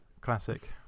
Classic